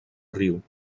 riu